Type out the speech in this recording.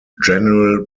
general